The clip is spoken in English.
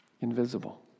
Invisible